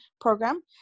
program